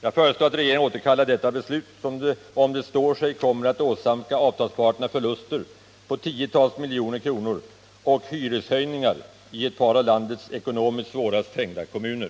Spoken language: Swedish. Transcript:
Jag föreslår att regeringen återkallar detta beslut, som om det står sig kommer att åsamka avtalsparterna förluster på tiotals miljoner kronor och hyreshöjningar i ett par av landets ekonomiskt svårast trängda kommuner.